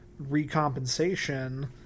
recompensation